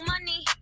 money